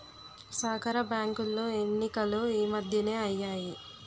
సహకార బ్యాంకులో ఎన్నికలు ఈ మధ్యనే అయ్యాయి